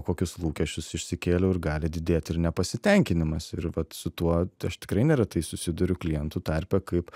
kokius lūkesčius išsikėliau ir gali didėti ir nepasitenkinimas ir vat su tuo aš tikrai neretai susiduriu klientų tarpe kaip